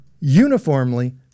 uniformly